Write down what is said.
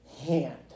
hand